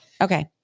Okay